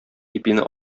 ипине